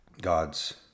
God's